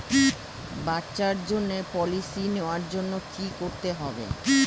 বাচ্চার জন্য পলিসি নেওয়ার জন্য কি করতে হবে?